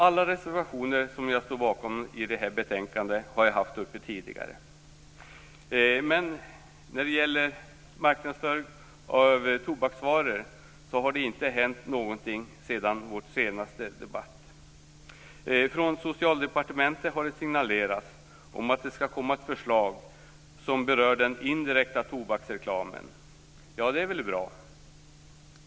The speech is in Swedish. Alla reservationer i detta betänkande som jag står bakom har jag alltså haft uppe tidigare. När det gäller marknadsföringen av tobaksvaror har ingenting hänt sedan vår senaste debatt. Från Socialdepartementet har det signalerats att det skall komma ett förslag som berör den indirekta tobaksreklamen, och det är väl bra.